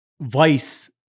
vice